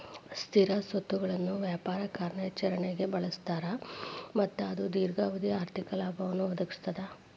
ಸ್ಥಿರ ಸ್ವತ್ತುಗಳನ್ನ ವ್ಯಾಪಾರ ಕಾರ್ಯಾಚರಣ್ಯಾಗ್ ಬಳಸ್ತಾರ ಮತ್ತ ಅದು ದೇರ್ಘಾವಧಿ ಆರ್ಥಿಕ ಲಾಭವನ್ನ ಒದಗಿಸ್ತದ